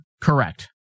correct